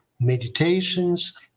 meditations